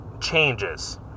changes